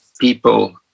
people